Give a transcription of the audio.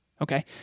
Okay